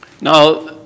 Now